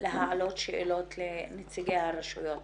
להעלות שאלות לנציגי הרשויות